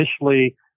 initially